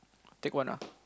take one ah